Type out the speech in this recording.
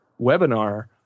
webinar